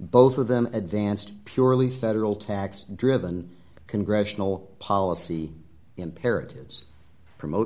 both of them advanced purely federal tax driven congressional policy imperatives promote